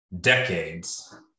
decades